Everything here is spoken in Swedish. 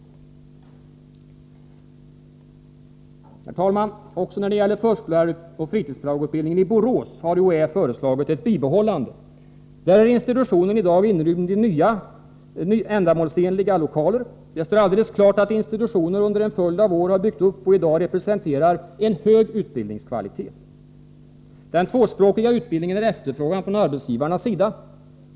Herr talman! Också när det gäller förskolläraroch fritidspedagogutbildningen i Borås har UHÄ föreslagit ett bibehållande. Där är institutionen i dag inrymd i nya, ändamålsenliga lokaler. Det står alldeles klart att institutionen under en följd av år har byggt upp och i dag representerar en hög utbildningskvalitet. Den tvåspråkiga utbildningen är efterfrågad från arbetsgivarnas sida.